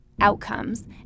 outcomes